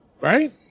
right